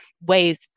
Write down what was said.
ways